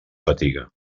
fatiga